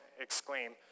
exclaim